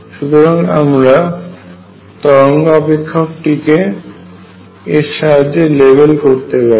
সুতরাং আমরা তরঙ্গ অপেক্ষকটিকে এর সাহায্যে লেবেল করতে পারি